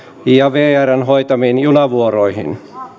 ja vrn hoitamiin junavuoroihin